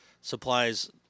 supplies